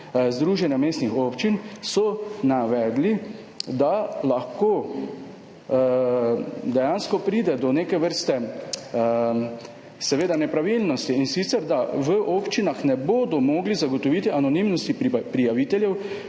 Združenja mestnih občin so navedli, da lahko dejansko pride do neke vrste seveda nepravilnosti, in sicer da v občinah ne bodo mogli zagotoviti anonimnosti prijaviteljev,